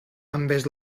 envers